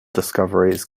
discoveries